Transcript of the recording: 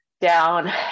down